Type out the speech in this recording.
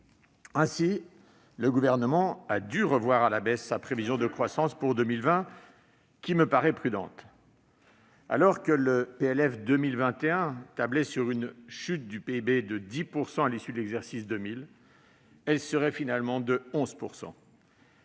Ainsi, le Gouvernement a dû revoir à la baisse sa prévision de croissance pour 2020, qui me paraît prudente. Alors que le PLF 2021 tablait sur une chute du PIB de 10 % à l'issue de l'exercice 2020, celle-ci atteindrait finalement 11 %.